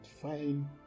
fine